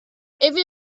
even